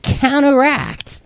counteract